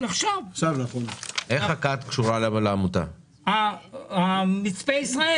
עברתי עליו ואני רוצה להגיד שזה רק חלק מהחומר שנמצא,